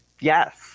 Yes